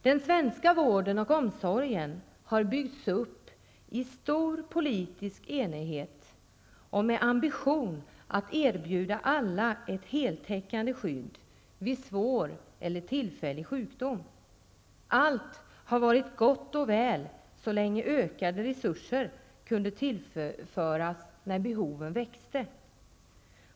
Den svenska vården och omsorgen har byggts upp i stor politisk enighet och med ambition att erbjuda alla ett heltäckande skydd vid svår eller tillfällig sjukdom. Allt har varit gott och väl så länge ökade resurser kunde tillföras när behoven växte.